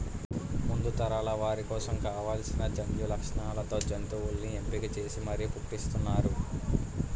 ముందు తరాల వారి కోసం కావాల్సిన జన్యులక్షణాలతో జంతువుల్ని ఎంపిక చేసి మరీ పుట్టిస్తున్నారు